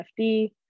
FD